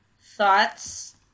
thoughts